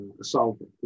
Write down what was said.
assaulted